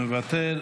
מוותר,